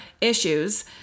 issues